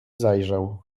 zajrzał